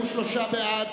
בעד,